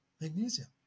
magnesium